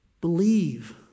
believe